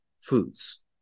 foods